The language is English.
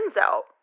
out